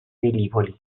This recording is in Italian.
velivoli